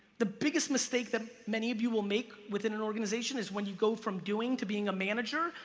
the biggest mistake that many of you will make within an organization is when you go from doing to being a manager,